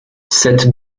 cette